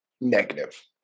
negative